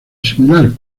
similar